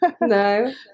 no